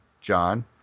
John